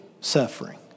suffering